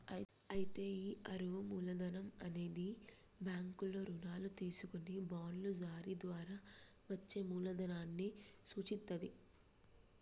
అయితే ఈ అరువు మూలధనం అనేది బ్యాంకుల్లో రుణాలు తీసుకొని బాండ్లు జారీ ద్వారా వచ్చే మూలదనాన్ని సూచిత్తది